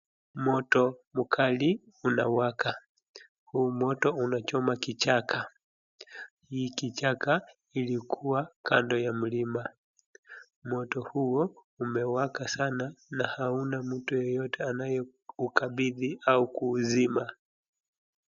Moto mukali unawaka, huu moto unachoma kichaka, hii kichaka ilikua kando ya mlima. Moto huo umewaka sana na hauna mtu yeyote anayeukabidhi au kuuzima.